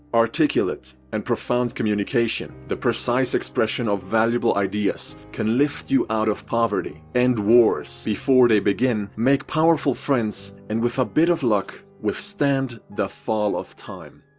articulate and profound communication, the precise expression of valuable ideas, can lift you out of poverty, end wars before they begin, make powerful friends and with a bit of luck withstand the fall of time.